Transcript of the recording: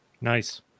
Nice